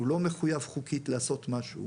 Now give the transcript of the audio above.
הוא לא מחויב חוקית לעשות משהו.